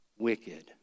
Wicked